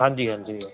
ਹਾਂਜੀ ਹਾਂਜੀ